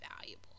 valuable